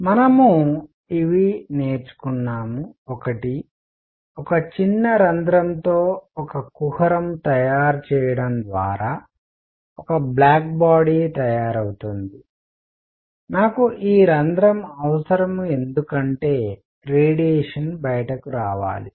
మనం ఇవి నేర్చుకున్నాము 1 ఒక చిన్న రంధ్రంతో ఒక కుహరం తయారు చేయడం ద్వారా ఒక బ్లాక్ బాడీ తయారవుతుంది నాకు ఈ రంధ్రం అవసరం ఎందుకంటే రేడియేషన్ బయటకు రావాలి